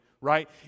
right